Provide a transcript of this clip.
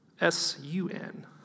S-U-N